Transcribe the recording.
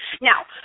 Now